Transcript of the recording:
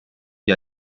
gli